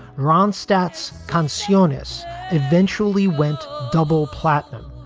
ronstadt's conciousness eventually went double platinum,